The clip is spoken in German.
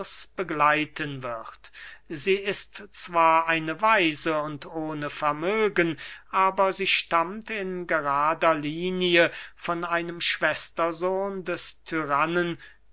begleiten wird sie ist zwar eine waise und ohne vermögen aber sie stammt in gerader linie von einem schwestersohn des tyrannen